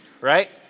right